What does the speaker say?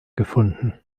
gefunden